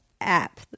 app